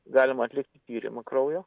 galima atlikti tyrimą kraujo